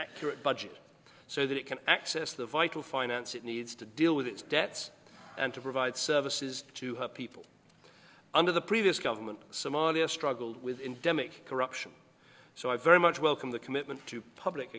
accurate budget so that it can access the vital finance it needs to deal with its debts and to provide services to her people under the previous government somalia struggled with endemic corruption so i very much welcome the commitment to public